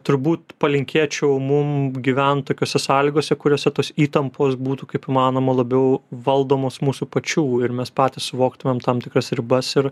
turbūt palinkėčiau mum gyvent tokiose sąlygose kuriose tos įtampos būtų kaip įmanoma labiau valdomos mūsų pačių ir mes patys suvoktumėm tam tikras ribas ir